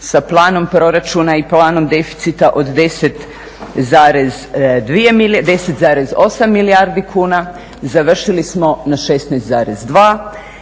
sa planom proračuna i planom deficita od 10,8 milijardi kuna, završili na 16,2